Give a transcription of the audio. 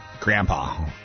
Grandpa